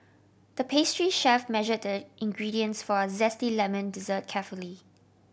the pastry chef measured the ingredients for a zesty lemon dessert carefully